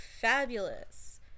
fabulous